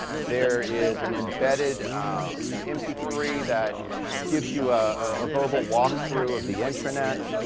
there is an embedded m p three that gives you ah a verbal walk-through of the intranet.